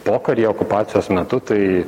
pokaryje okupacijos metu tai